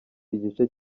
igice